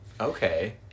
Okay